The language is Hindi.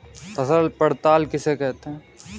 फसल पड़ताल किसे कहते हैं?